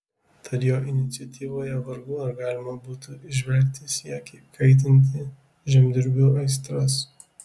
tad jo iniciatyvoje vargu ar galima būtų įžvelgti siekį kaitinti žemdirbių aistras